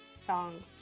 songs